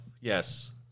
yes